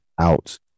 out